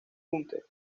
hunter